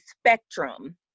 spectrum